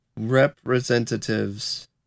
representatives